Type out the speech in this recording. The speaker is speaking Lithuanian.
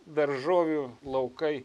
daržovių laukai